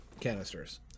canisters